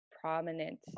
prominent